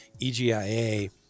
EGIA